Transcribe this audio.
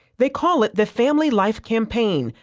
they call it the family life campaign.